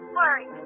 worry